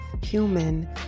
human